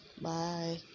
Bye